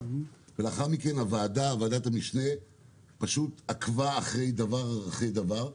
ולאחר מכן ועדת המשנה פשוט עקבה דבר אחרי דבר,